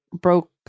broke